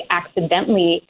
accidentally